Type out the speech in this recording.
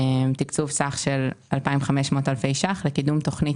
תקצוב סך של 2,500 אלפי ₪ לקידום תכנית